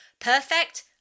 Perfect